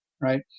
right